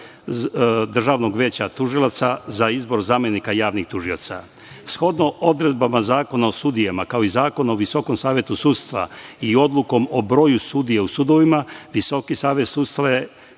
Državnog veća tužilaca za izbor zamenika javnih tužioca. Shodno odredbama Zakona o sudijama, kao i Zakona o Visokom savetu sudstva i odlukom o broju sudija u sudovima, Visoki savet sudstva